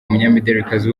umunyamidelikazi